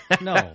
No